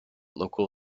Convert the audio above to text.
local